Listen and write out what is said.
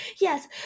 yes